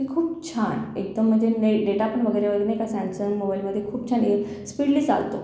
की खूप छान एकदम म्हणजे डेटा पण वगैरे नाही का सॅमसंग मोबाइलमध्ये खूप छान आहे स्पीडली चालतो